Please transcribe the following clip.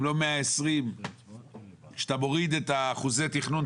אם לא 120. כשאתה מוריד את אחוזי התכנון,